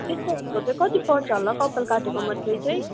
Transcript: यस्तोहरूको चाहिँ कति पर्छ होला कपाल काटेको मात्रै चाहिँ